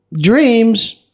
dreams